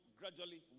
gradually